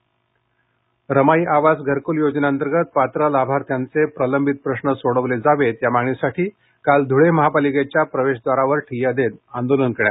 रमाई आवास योजना रमाई आवास घरकूल योजनेअंतर्गत पात्र लाभार्थ्यांचे प्रलंबित प्रश्न सोडवले जावे या मागणीसाठी काल ध्रळे महापालिकेच्या प्रवेशव्दारावर ठिय्या देत आंदोलन करण्यात आले